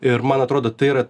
ir man atrodo tai yra